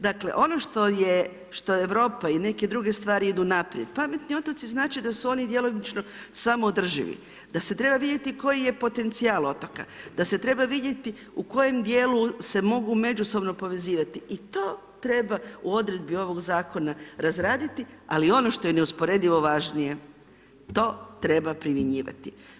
Dakle, ono što Europa i neke druge stvari idu naprijed, ... znači da su oni djelomično samoodrživi, da se treba vidjeti koji je potencijal otoka, da se treba vidjeti u kojem dijelu se mogu međusobno povezivati i to treba u odredbi ovog Zakona razraditi, ali ono što je neusporedivo važnije, to treba primjenjivati.